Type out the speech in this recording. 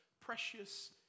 precious